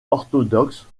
orthodoxes